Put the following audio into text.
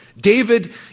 David